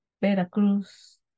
Veracruz